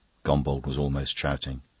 gombauld was almost shouting.